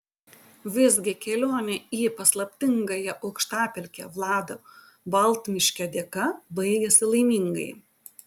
visgi kelionė į paslaptingąją aukštapelkę vlado baltmiškio dėka baigėsi laimingai